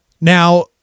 Now